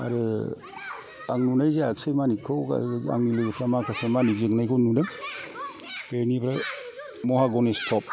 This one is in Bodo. आरो आं नुनाय जायाखिसै माणिकखौ आंनि लोगोफ्रा माखासे माणिक जोंनायखौ नुदों बेनिफ्राय महा गणेस थक